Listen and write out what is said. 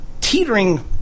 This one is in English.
teetering